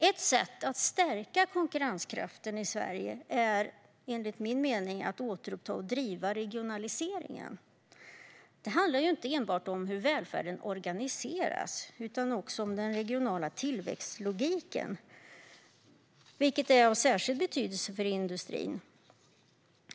Ett sätt att stärka konkurrenskraften i Sverige är, enligt min mening, att återuppta och driva regionaliseringen. Det handlar inte enbart om hur välfärden organiseras utan också om den regionala tillväxtlogiken, vilken är av särskild betydelse för industrin.